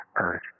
earth